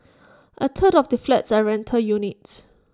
A third of the flats are rental units